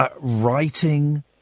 writing